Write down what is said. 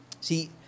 See